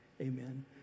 amen